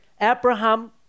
Abraham